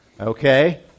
okay